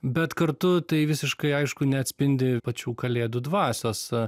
bet kartu tai visiškai aišku neatspindi pačių kalėdų dvasios